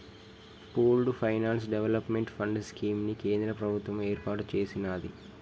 pooled finance development fund scheme ని కేంద్ర ప్రభుత్వం ఏర్పాటు చేసినాది